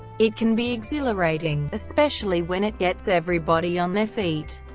it can be exhilarating, especially when it gets everybody on their feet.